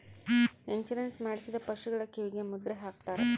insurance ಮಾಡಿಸಿದ ಪಶುಗಳ ಕಿವಿಗೆ ಮುದ್ರೆ ಹಾಕ್ತಾರೆ